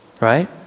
Right